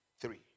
three